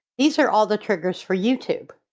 these are all the triggers for youtube.